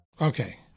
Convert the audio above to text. Okay